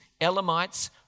Elamites